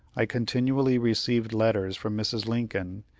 i continually received letters from mrs. lincoln,